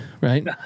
Right